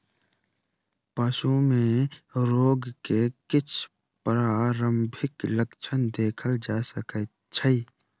पशु में रोग के किछ प्रारंभिक लक्षण देखल जा सकै छै